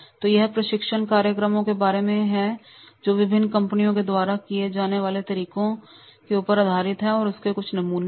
तो यह सब प्रशिक्षण कार्यक्रमों के बारे में है जो विभिन्न कंपनियों के द्वारा काम किए जाने वाले तरीके हैं ये कुछ नमूने हैं